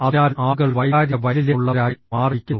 അതിനാൽ ആളുകൾ വൈകാരിക വൈകല്യമുള്ളവരായി മാറിയിരിക്കുന്നു